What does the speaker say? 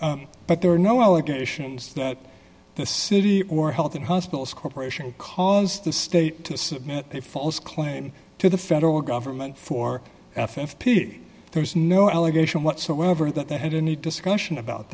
but there are no allegations that the city or health and hospitals corporation caused the state to submit a false claim to the federal government for f f p there's no allegation whatsoever that they had any discussion about